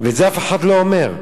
ואת זה אף אחד לא אומר.